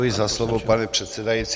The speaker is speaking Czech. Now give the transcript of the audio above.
Děkuji za slovo, pane předsedající.